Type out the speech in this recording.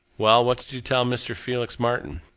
well, what did you tell mr. felix martin?